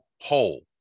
whole